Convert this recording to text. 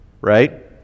right